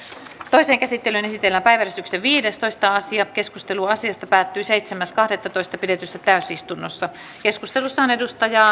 toiseen käsittelyyn esitellään päiväjärjestyksen viidestoista asia keskustelu asiasta päättyi seitsemäs kahdettatoista kaksituhattakuusitoista pidetyssä täysistunnossa keskustelussa on